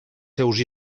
seus